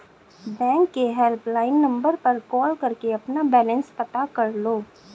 bank के helpline number पर call करके अपना बैलेंस पता कर लो